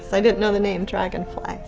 i didn't know the name, dragonfly.